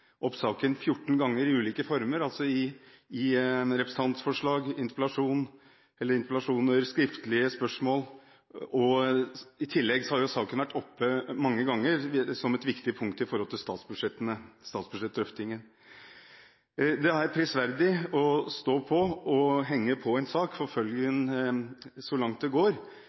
opp saken 14 ganger i ulike former: i representantforslag, i interpellasjoner og i skriftlige spørsmål. I tillegg har saken vært oppe mange ganger som et viktig punkt i forbindelse med drøftingen av statsbudsjettet. Det er prisverdig at man står på og forfølger en sak så langt det går.